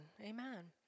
Amen